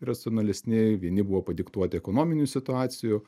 racionalesni vieni buvo padiktuoti ekonominių situacijų